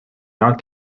not